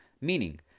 Meaning